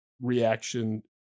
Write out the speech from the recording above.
reaction